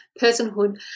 personhood